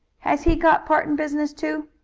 has he got portant business too?